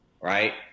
right